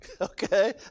Okay